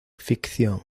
ficción